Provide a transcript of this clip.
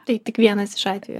tai tik vienas iš atvejų